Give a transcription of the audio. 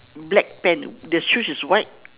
black pant the shoes is white